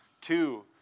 Two